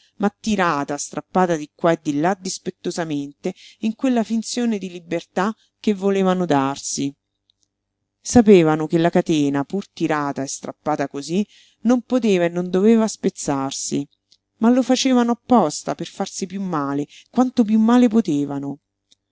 ma tirata strappata di qua e di là dispettosamente in quella finzione di libertà che volevano darsi sapevano che la catena pur tirata e strappata cosí non poteva e non doveva spezzarsi ma lo facevano apposta per farsi piú male quanto piú male potevano